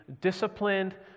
disciplined